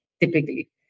typically